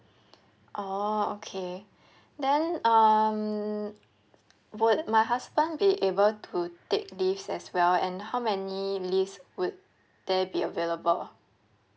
orh okay then um would my husband be able to take leaves as well and how many leaves would there be available